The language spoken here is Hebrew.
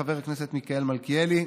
חבר הכנסת מיכאל מלכיאלי,